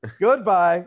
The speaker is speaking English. Goodbye